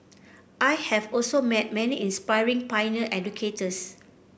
I have also met many inspiring pioneer educators